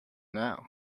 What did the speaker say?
now